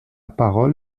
parole